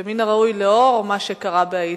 ומן הראוי, לאור מה שקרה בהאיטי,